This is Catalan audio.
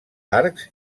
arcs